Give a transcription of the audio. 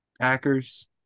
Packers